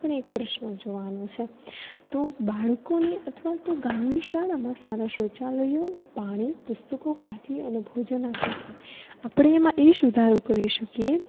આપણે એક પ્રશ્ન જોવાનો છે તો બાળકોને અથવા તો ગામની શાળામાં સારા શૌચાલયો પાણી પુસ્તકો પાટલી અને ભોજન આપે છે આપણે એમાં એ સુધારો કરી શકીએ